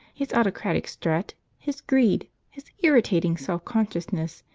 his autocratic strut, his greed, his irritating self-consciousness,